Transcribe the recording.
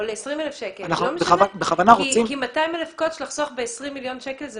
כי לחסוך 200,000 קוטש ב-20 מיליון שקלים,